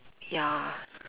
ya